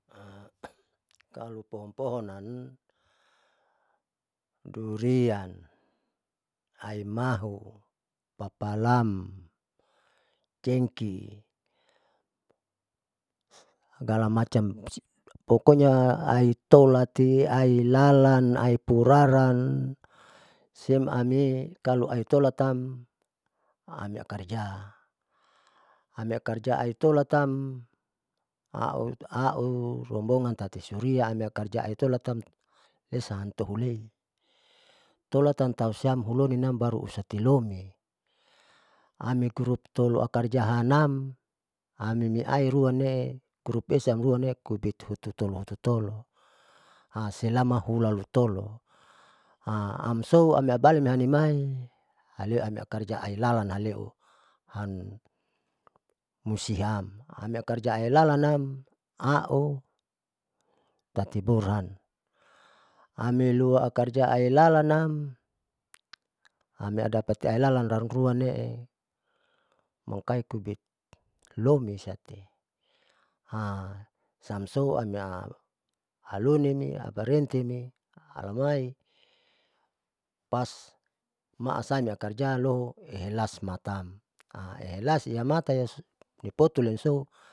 kalo pohon pohon nan durian aimahu papalam cengki sagalamacam osi pokoknya aitolati ailalan aimuraran siam ame kalo aitolatam, amikarjaam amiakarja aitolatam au au rombonga tati suria amiakarja lesa am roholit tolatam tausia huloninam baru usutilomi amigrup tolo akarjanam amiain ruamme kubikesa amruan mekubik hututolo hututolo selama hula lutolo, amso amiabali hanimai haleu akarja aminalan namlehu musihaam ame lakarja ailalanam au tati burhan amilua akarja ailalan nam miadapati ailalan rua leemangkali kubik lomisati siamso amia halunini barenti leamai pa maasani akarja lohoehelasa matam, ehlas iyamata nipoto lemso.